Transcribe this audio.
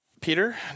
Peter